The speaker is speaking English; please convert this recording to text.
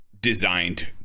designed